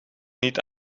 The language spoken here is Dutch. niet